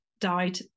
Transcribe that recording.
died